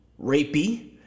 rapey